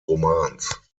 romans